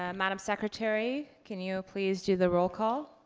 and madame secretary, can you please do the roll call?